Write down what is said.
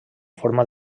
forma